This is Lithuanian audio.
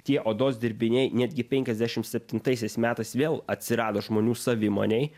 tie odos dirbiniai netgi penkiasdešim septintaisiais metais vėl atsirado žmonių savimonėj